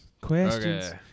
questions